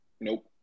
Nope